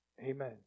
Amen